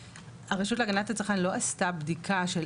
הרשות להגנת הצרכן לא עשתה בדיקה של